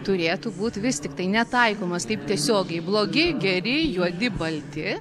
turėtų būti vis tiktai netaikomas taip tiesiogiai blogi geri juodi balti